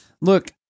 look